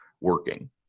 working